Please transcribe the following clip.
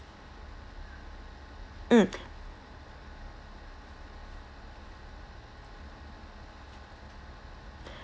mm